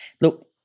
look